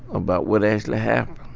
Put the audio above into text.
about what actually happened.